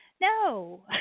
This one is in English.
no